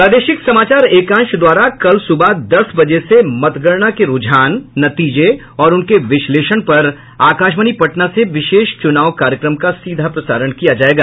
प्रादेशिक समाचार एकांश द्वारा कल सुबह दस बजे से मतगणना के रूझान नतीजे और उनके विश्लेषण पर आकाशवाणी पटना से विशेष चुनाव कार्यक्रम का सीधा प्रसारण किया जायेगा